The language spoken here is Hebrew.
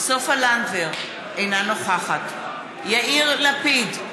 סופה לנדבר, אינה נוכחת יאיר לפיד,